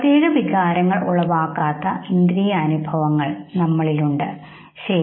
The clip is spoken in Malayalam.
പ്രത്യേക വികാരങ്ങൾ ഉളവാക്കാത്ത ഇന്ദ്രിയാനുഭവ വിവരങ്ങൾ നമ്മളിൽ ഉണ്ട് ശരി